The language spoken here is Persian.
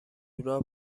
راه